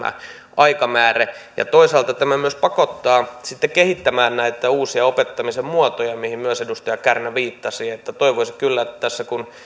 aikamääre toisaalta tämä myös pakottaa kehittämään näitä uusia opettamisen muotoja mihin myös edustaja kärnä viittasi toivoisin kyllä että kun